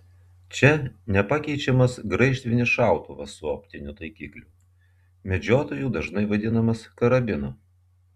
čia nepakeičiamas graižtvinis šautuvas su optiniu taikikliu medžiotojų dažnai vadinamas karabinu